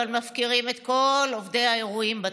אבל מפקירים את כל עובדי האירועים בתרבות,